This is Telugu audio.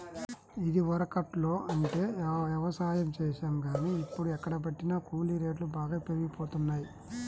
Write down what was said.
ఇదివరకట్లో అంటే యవసాయం చేశాం గానీ, ఇప్పుడు ఎక్కడబట్టినా కూలీ రేట్లు బాగా పెరిగిపోతన్నయ్